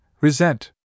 Resent